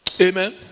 Amen